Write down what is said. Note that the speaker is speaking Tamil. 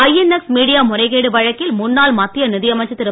ஐஎன்எக்ஸ் மீடியா முறைகேடு வழக்கில் முன்னாள் மத்திய நிதியமைச்சர் திரு